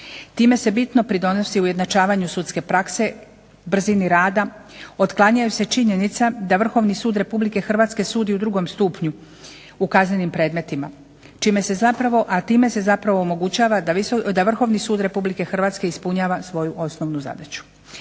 Time se bitno pridonosi ujednačavanju sudske prakse, brzini rada, otklanjaju se činjenica da Vrhovni sud RH sudi u drugom stupnju u kaznenim predmetima čime se zapravo, a time se zapravo omogućava da Vrhovni sud RH ispunjava svoju osnovnu zadaću.